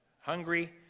hungry